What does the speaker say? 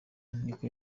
niko